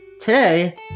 Today